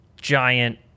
giant